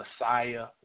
Messiah